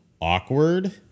Awkward